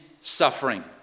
suffering